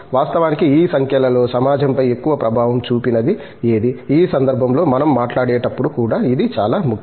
వాస్తవానికి ఈ సంఖ్యలలో సమాజంపై ఎక్కువ ప్రభావం చూపినది ఏది ఈ సందర్భంలో మనం మాట్లాడేటప్పుడు కూడా ఇది చాలా ముఖ్యం